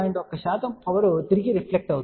1 power తిరిగి reflect అవుతుంది